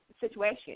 situation